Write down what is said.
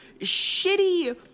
shitty